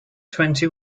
twenty